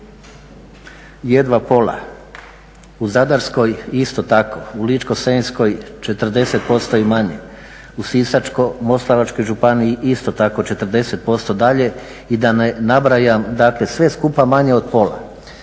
jedva pola, u Zadarskoj isto tako, u Ličko-senjskoj 40% i manje, u Sisačko-moslavačkoj županiji isto tako 40% i da dalje ne nabrajam. Dakle, sve skupa manje od pola.